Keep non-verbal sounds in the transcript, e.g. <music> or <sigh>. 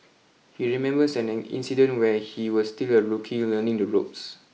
he remembers an <unintelligible> incident when he was still a rookie learning the ropes